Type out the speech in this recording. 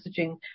messaging